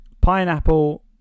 pineapple